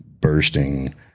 bursting